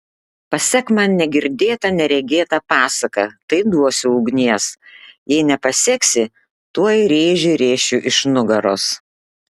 pasek man negirdėtą neregėtą pasaką tai duosiu ugnies jei nepaseksi tuoj rėžį rėšiu iš nugaros